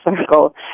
Circle